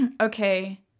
okay